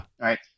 Right